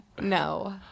No